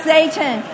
Satan